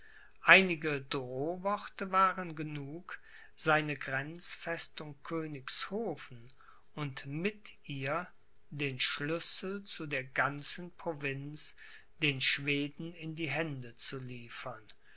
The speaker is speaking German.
einige drohworte waren genug seine grenzfestung königshofen und mit ihr den schlüssel zu der ganzen provinz den schweden in die hände zu liefern